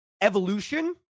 evolution